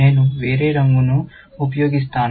నేను వేరే రంగు ను ఉపయోగిస్తాను